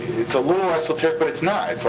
it's a little esoteric, but it's not.